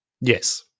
Yes